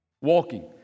walking